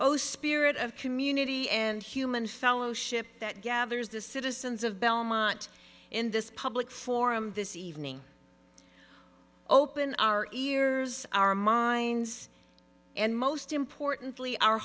oh spirit of community and human fellowship that gathers the citizens of belmont in this public forum this evening open our ears our minds and most importantly